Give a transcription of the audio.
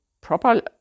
proper